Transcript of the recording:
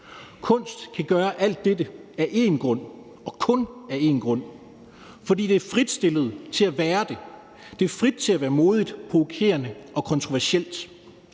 Kunst kan gøre alt dette af én grund og kun af én grund, nemlig fordi den er fritstillet til at være det. Den er fri til at være modig, provokerende og kontroversiel.